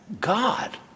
God